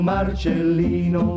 Marcellino